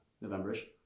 November-ish